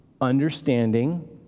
understanding